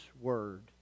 Word